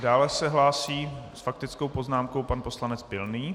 Dále se hlásí s faktickou poznámkou pan poslanec Pilný.